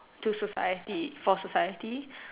to society for society